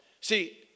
See